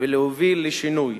ולהוביל לשינוי.